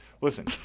Listen